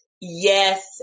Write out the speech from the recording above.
Yes